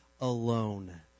alone